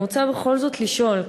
אני רוצה בכל זאת לשאול,